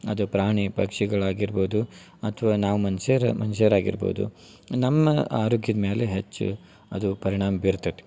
ಅದು ಪ್ರಾಣಿ ಪಕ್ಷಿಗಳು ಆಗಿರ್ಬೋದು ಅಥ್ವ ನಾವು ಮನುಷ್ಯರು ಮನುಷ್ಯರು ಆಗಿರ್ಬೋದು ನಮ್ಮ ಆರೋಗ್ಯದ ಮ್ಯಾಲೆ ಹೆಚ್ಚು ಅದು ಪರಿಣಾಮ ಬೀರ್ತತಿ